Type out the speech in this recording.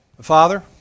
Father